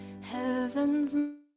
heaven's